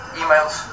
emails